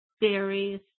berries